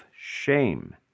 shame